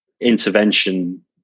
intervention